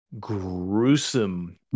gruesome